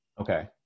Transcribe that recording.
Okay